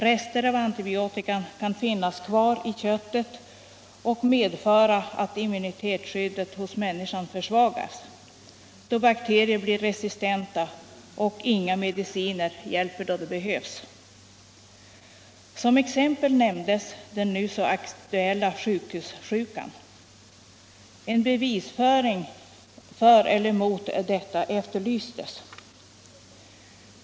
Rester av antibiotika kan finnas kvar i köttet och medföra att immunitetsskyddet hos människan försvagas genom att bakterier blir resistenta, så att inga mediciner hjälper då de behövs. Som exempel på detta nämndes den nu så aktuella sjukhussjukan. En bevisföring för eller emot detta efterlystes.